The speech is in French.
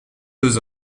deux